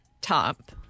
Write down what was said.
top